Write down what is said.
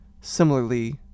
Similarly